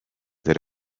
that